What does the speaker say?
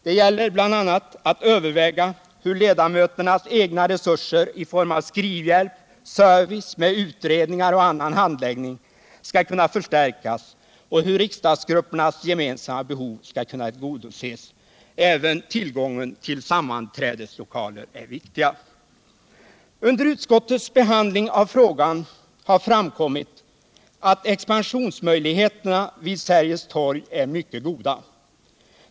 Det gäller att bl.a. överväga hur ledamöternas egna resurser i form av skrivhjälp, service med utredningar och annan handläggning skall kunna förstärkas och hur riksdagsgruppernas gemensamma behov skall kunna tillgodoses. Även frågan om tillgången till sammanträdeslokaler är viktig. Under utskottets behandling av frågan har framkommit att expansionsmöjligheterna vid Sergels torg är mycket goda.